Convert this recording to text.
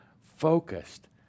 focused